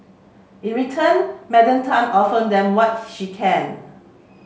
in return Madam Tan offer them what she can